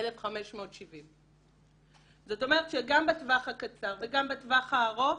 1,570. זה קמפוס,